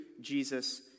Jesus